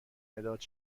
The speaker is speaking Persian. مداد